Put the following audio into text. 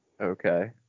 Okay